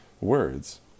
words